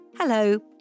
Hello